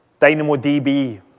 DynamoDB